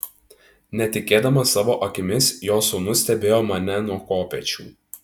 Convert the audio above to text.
netikėdamas savo akimis jo sūnus stebėjo mane nuo kopėčių